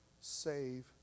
save